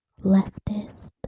Leftist